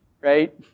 right